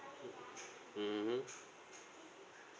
mmhmm